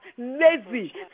lazy